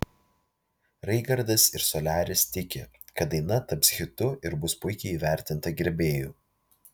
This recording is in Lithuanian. raigardas ir soliaris tiki kad daina taps hitu ir bus puikiai įvertinta gerbėjų